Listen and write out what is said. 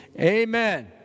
amen